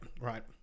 right